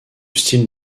style